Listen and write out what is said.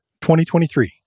2023